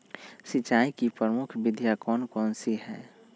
सिंचाई की प्रमुख विधियां कौन कौन सी है?